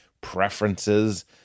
preferences